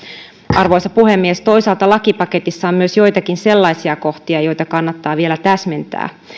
arvoisa puhemies toisaalta lakipaketissa on myös joitakin sellaisia kohtia joita kannattaa vielä täsmentää